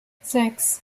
sechs